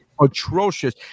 atrocious